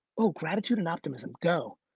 oh, gratitude and optimism go.